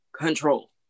control